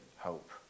Hope